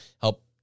help